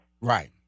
Right